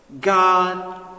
God